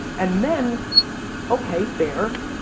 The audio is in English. and then okay, fair.